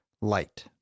light